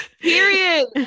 period